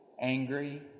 angry